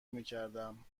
میکردم